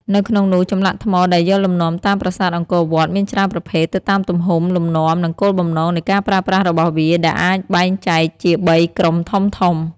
នៅក្នុងនោះចម្លាក់ថ្មដែលយកលំនាំតាមប្រាសាទអង្គរវត្ត មានច្រើនប្រភេទទៅតាមទំហំ លំនាំ និងគោលបំណងនៃការប្រើប្រាស់របស់វា ដែលអាចបែងចែកជាបីក្រុមធំៗ។